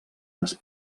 les